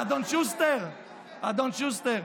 אדון שוסטר, אדון שוסטר,